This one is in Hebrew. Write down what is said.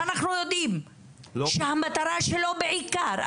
שאנחנו יודעים שהמטרה שלו בעיקר,